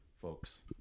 Folks